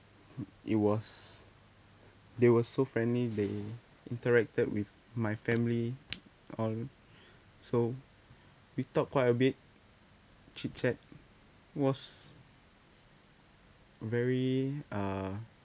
uh it was they were so friendly they interacted with my family all so we talk quite a bit chit chat it was very uh